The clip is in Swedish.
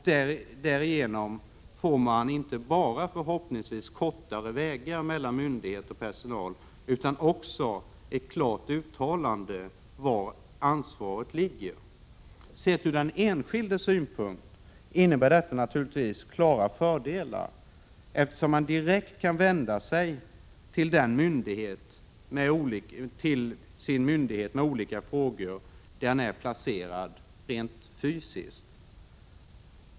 Därigenom får man förhoppningsvis inte bara kortare vägar mellan myndighet och personal, utan också ett klart uttalande om var ansvaret ligger. Sett från den enskildes synpunkt innebär detta naturligtvis klara fördelar, eftersom man kan vända sig med olika frågor direkt till den myndighet där man är placerad rent fysiskt.